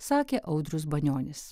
sakė audrius banionis